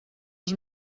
els